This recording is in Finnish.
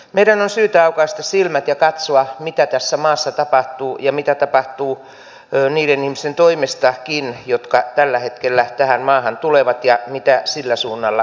meidän on syytä aukaista silmät ja katsoa mitä tässä maassa tapahtuu ja mitä tapahtuu niidenkin ihmisten toimesta jotka tällä hetkellä tähän maahan tulevat ja mitä sillä suunnalla tapahtuu